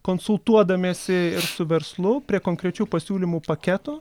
konsultuodamiesi ir su verslu prie konkrečių pasiūlymų paketo